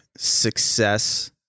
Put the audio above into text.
success